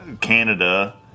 Canada